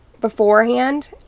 beforehand